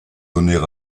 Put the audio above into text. donner